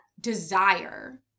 desire